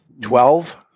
Twelve